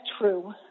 true